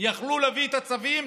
יכלו להביא את הצווים,